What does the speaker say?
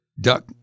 duck